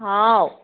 ꯍꯥꯎ